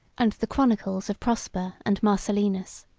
and the chronicles of prosper and marcellinus.